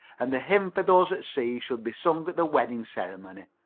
and the hymn for those at sea should be sung at the wedding ceremony.